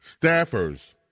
Staffers